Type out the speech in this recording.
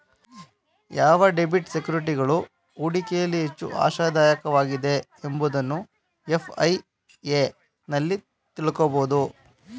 ಯಾವ ಡೆಬಿಟ್ ಸೆಕ್ಯೂರಿಟೀಸ್ಗಳು ಹೂಡಿಕೆಯಲ್ಲಿ ಹೆಚ್ಚು ಆಶಾದಾಯಕವಾಗಿದೆ ಎಂಬುದನ್ನು ಎಫ್.ಐ.ಎ ನಲ್ಲಿ ತಿಳಕೋಬೋದು